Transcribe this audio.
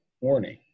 Warning